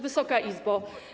Wysoka Izbo!